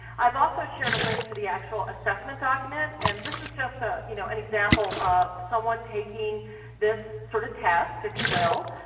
i've also shared a link to the actual assessment document, and this is just ah you know an example of someone taking this sort of test, if you will.